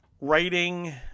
writing